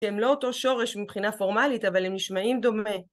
שהם לא אותו שורש מבחינה פורמלית, אבל הם נשמעים דומה.